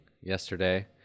yesterday